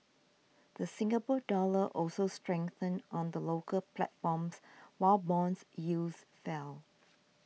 the Singapore Dollar also strengthened on the local platform while bonds yields fell